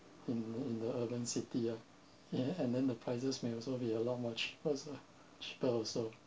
in in the urban city ya ya and then the prices may also be a lot much cheaper also ah cheaper also